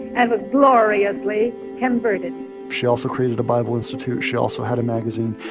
and was gloriously converted she also created a bible institute. she also had a magazine.